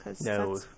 No